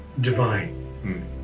divine